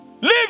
leave